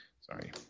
Sorry